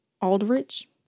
Aldrich